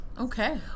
Okay